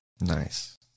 nice